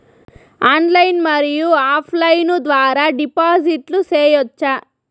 Online మరియు offline ద్వారా డిపాజిట్లు సేయొచ్చా?